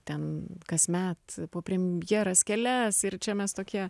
ten kasmet po premjeras kelias ir čia mes tokie